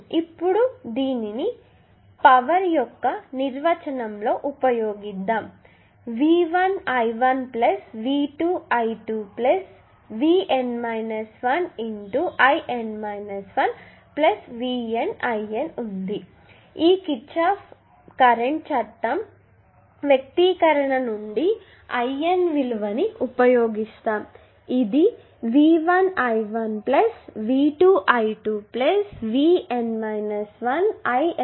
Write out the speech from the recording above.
ఇప్పుడు దీనిని పవర్ యొక్క నిర్వచనంలో ఉపయోగిద్దాం V1I1 V2I2 VN 1IN 1 VNIN ఉంది ఈ కిర్ఛాఫ్ కరెంట్ చట్టం వ్యక్తీకరణ నుండి IN విలువని ఉపయోగిస్తాము ఇది V1I1 V2I2 VN 1IN 1 VN I1I2